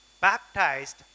baptized